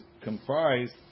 comprised